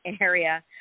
area